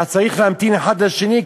אז צריך להמתין אחד לשני,